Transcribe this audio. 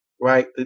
right